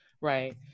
right